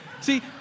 See